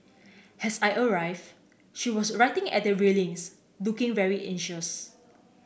as I arrive she was writing at the railings looking very anxious